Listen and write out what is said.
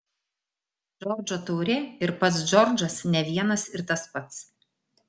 džordžo taurė ir pats džordžas ne vienas ir tas pats